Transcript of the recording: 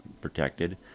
protected